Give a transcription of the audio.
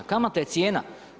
Kamata je cijena.